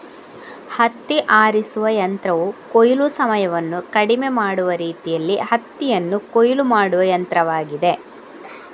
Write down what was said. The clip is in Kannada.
ಹತ್ತಿ ಆರಿಸುವ ಯಂತ್ರವು ಕೊಯ್ಲು ಸಮಯವನ್ನು ಕಡಿಮೆ ಮಾಡುವ ರೀತಿಯಲ್ಲಿ ಹತ್ತಿಯನ್ನು ಕೊಯ್ಲು ಮಾಡುವ ಯಂತ್ರವಾಗಿದೆ